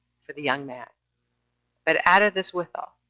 for the young man but added this withal,